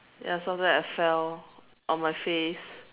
ya so after that I fell on my face